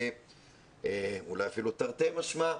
אולי אפילו תרתי משמע,